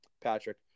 Patrick